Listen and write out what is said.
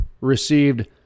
received